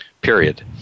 period